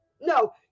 No